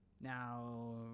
Now